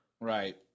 Right